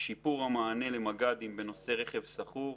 שיפור המענה למג"דים בנושא רכב שכור.